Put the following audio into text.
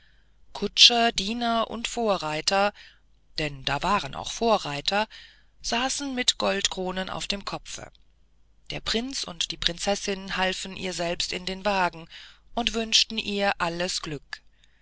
kutscher diener und vorreiter denn da waren auch vorreiter saßen mit goldkronen auf dem kopfe der prinz und die prinzessin halfen ihr selbst in den wagen und wünschten ihr alles glück